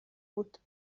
بود